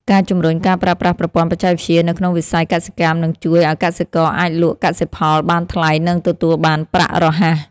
ការជំរុញការប្រើប្រាស់ប្រព័ន្ធបច្ចេកវិទ្យានៅក្នុងវិស័យកសិកម្មនឹងជួយឱ្យកសិករអាចលក់កសិផលបានថ្លៃនិងទទួលបានប្រាក់រហ័ស។